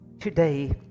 today